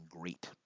great